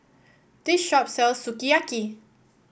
this shop sells Sukiyaki